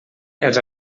els